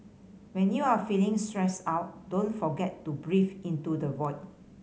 when you are feeling stressed out don't forget to breathe into the void